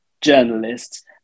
journalists